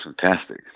fantastic